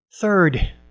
Third